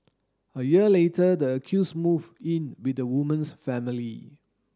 a year later the accuse move in with the woman's family